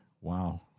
wow